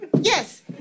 Yes